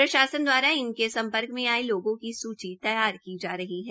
प्रशासन द्वारा इनके सम्पर्क में आये लोगों की सूची तैयार की जा रही है